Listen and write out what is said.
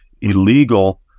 illegal